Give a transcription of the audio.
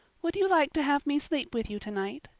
would you like to have me sleep with you tonight?